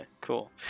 cool